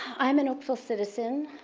i'm an oakville citizen.